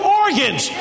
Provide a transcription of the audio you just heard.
organs